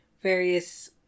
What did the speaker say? various